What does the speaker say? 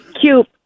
Cube